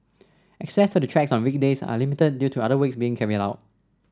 access to the tracks on weekdays are limited due to other works being carried out